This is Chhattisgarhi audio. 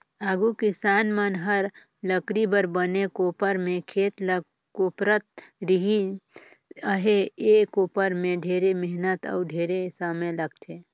आघु किसान मन हर लकरी कर बने कोपर में खेत ल कोपरत रिहिस अहे, ए कोपर में ढेरे मेहनत अउ ढेरे समे लगथे